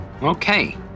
Okay